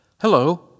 Hello